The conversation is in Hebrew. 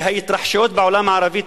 וההתרחשויות בעולם הערבי,